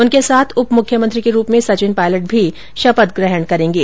उनके साथ उप मुख्यमंत्री के रूप में सचिन पायलट भी शपथ ग्रहण करेंगे